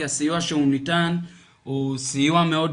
כי הסיוע שהוא ניתן הוא סיוע מאוד